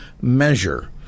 measure